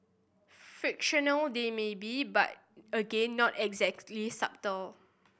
fictional they may be but again not exactly subtle